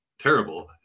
terrible